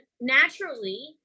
naturally